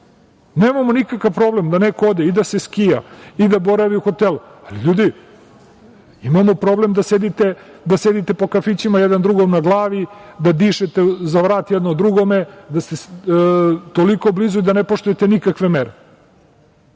nikakav problem da neko ode da se skija, i da boravi u hotelu. Ljudi, imamo problem da sedite po kafićima jedan drugom na glavi, da dišete za vrat jedno drugome, da ste toliko blizu i da ne poštujete nikakve mere.